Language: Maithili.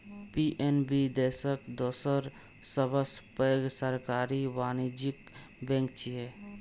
पी.एन.बी देशक दोसर सबसं पैघ सरकारी वाणिज्यिक बैंक छियै